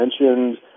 mentioned